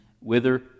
whither